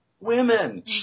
Women